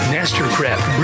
Mastercraft